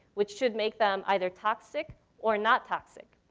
which should make them either toxic or not toxic.